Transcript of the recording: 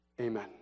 Amen